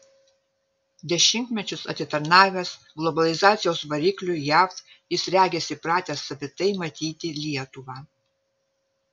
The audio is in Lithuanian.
dešimtmečius atitarnavęs globalizacijos varikliui jav jis regis įpratęs savitai matyti lietuvą